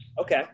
Okay